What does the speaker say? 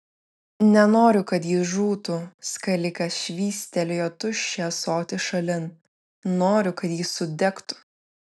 nenoriu kad jis žūtų skalikas švystelėjo tuščią ąsotį šalin noriu kad jis sudegtų